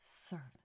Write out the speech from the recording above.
servant